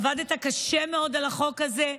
עבדת קשה מאוד על החוק הזה.